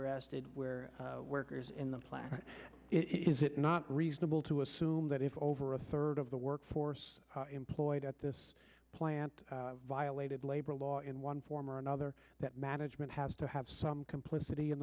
arrested where workers in the plant is it not reasonable to assume that if over a third of the workforce employed at this plant violated labor law in one form or another that management has to have some complicity